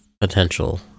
potential